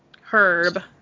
herb